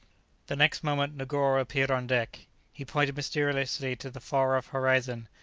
the next moment negoro appeared on deck he pointed mysteriously to the far-off horizon,